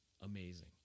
amazing